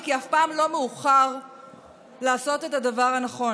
כי אף פעם לא מאוחר לעשות את הדבר הנכון.